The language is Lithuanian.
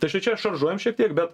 tai čia čia šaržuojam šiek tiek bet